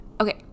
Okay